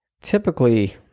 typically